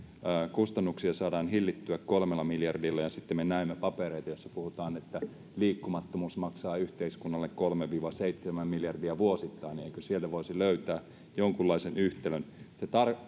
saadaan hillittyä kolmella miljardilla ja sitten me näemme papereita joissa puhutaan että liikkumattomuus maksaa yhteiskunnalle kolme viiva seitsemän miljardia vuosittain niin eikö sieltä voisi löytää jonkunlaisen yhtälön se